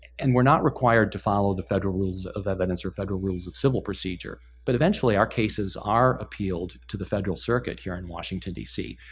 and we're not required to follow the federal rules of evidence or federal rules of civil procedure, but eventually our cases are appealed to the federal circuit here in washington, d c.